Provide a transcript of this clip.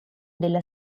della